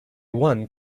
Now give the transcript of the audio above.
one